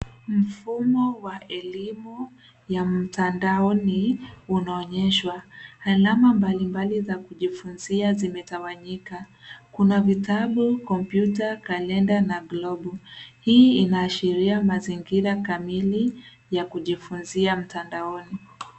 Ni mfumo wa elimu ya mtandaoni unaoonyeshwa. Alama mbalimbali za kujifunzia zimetawanyika: kuna vitabu, kompyuta, kalenda na globu. Hii inaashiria mazingira kamili ya kujifunzia mtandaoni.